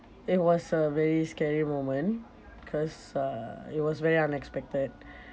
it was a very scary moment cause uh it was very unexpected